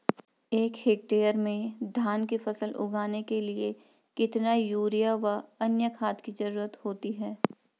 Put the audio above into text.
एक हेक्टेयर में धान की फसल उगाने के लिए कितना यूरिया व अन्य खाद की जरूरत होती है?